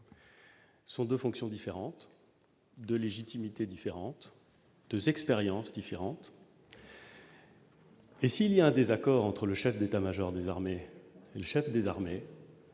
Ce sont 2 fonctions différentes, 2 légitimités différentes 2 expériences différentes. Et s'il y a un désaccord entre le chef d'État-Major des armées et chef des armées.